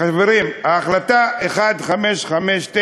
חברים, החלטה 1559,